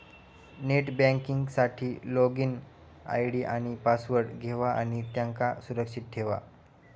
net banking साठी login ID आणि password घेवा आणि त्यांका सुरक्षित ठेवा